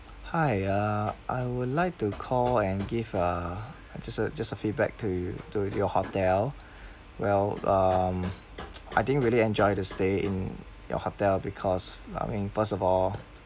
hi uh I would like to call and give uh just a just a feedback to to your hotel well um I didn't really enjoy the stay in your hotel because I mean first of all